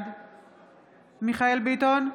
בעד מיכאל מרדכי ביטון,